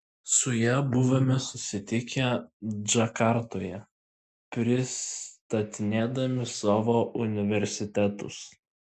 su ja buvome susitikę džakartoje pristatinėdami savo universitetus